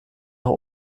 nach